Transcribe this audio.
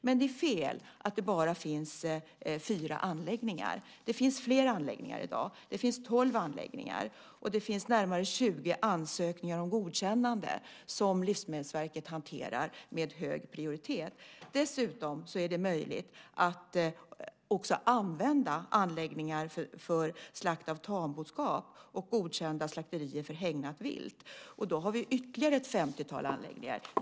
Men det är fel att det bara finns fyra anläggningar. Det finns tolv anläggningar i dag, och det finns närmare 20 ansökningar om godkännande som Livsmedelsverket hanterar med hög prioritet. Dessutom är det möjligt att använda anläggningar för slakt av tamboskap och godkända slakterier för hägnat vilt, och då har vi ytterligare ett femtiotal anläggningar.